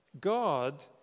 God